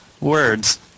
Words